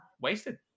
wasted